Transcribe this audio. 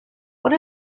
what